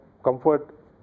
comfort